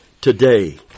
today